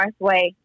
Northway